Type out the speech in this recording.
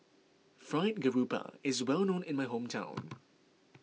Fried Garoupa is well known in my hometown